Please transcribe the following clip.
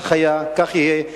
כך היה וכך יהיה,